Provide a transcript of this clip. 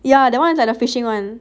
ya that one is like the fishing [one]